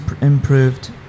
improved